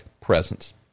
presence